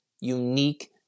unique